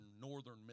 northern